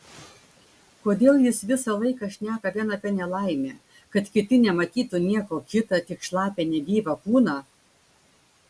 kodėl jis visą laiką šneka vien apie nelaimę kad kiti nematytų nieko kita tik šlapią negyvą kūną